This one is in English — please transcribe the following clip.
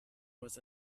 was